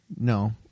No